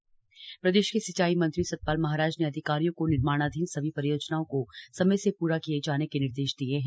सतपाल महाराज प्रदेश के सिंचाई मंत्री सतपाल महाराज ने अधिकारियों को निर्माणाधीन सभी परियोजनाओं को समय से पुरा किये जाने के निर्देश दिये हैं